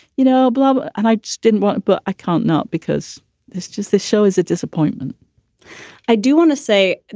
you know, blub and i didn't want but i can't not because that's just the show is a disappointment i do want to say,